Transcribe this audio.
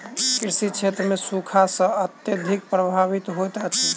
कृषि क्षेत्र सूखा सॅ अत्यधिक प्रभावित होइत अछि